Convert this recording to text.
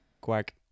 Quack